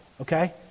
okay